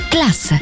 Class